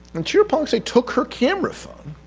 and chirapongse like took her camera phone,